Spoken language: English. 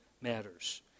matters